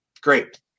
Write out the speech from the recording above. Great